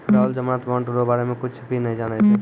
राहुल जमानत बॉन्ड रो बारे मे कुच्छ भी नै जानै छै